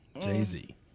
Jay-Z